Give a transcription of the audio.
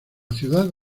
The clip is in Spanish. ciudad